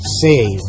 save